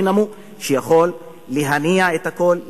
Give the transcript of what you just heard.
הוא הדינמו שיכול להניע את הכול,